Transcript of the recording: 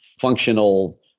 functional